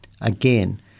again